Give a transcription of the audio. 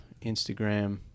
Instagram